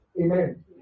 Amen